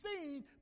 seen